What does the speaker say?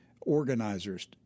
organizers